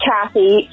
Kathy